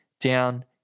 down